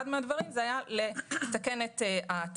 אחד מן הדברים היה לתקן את התקנון.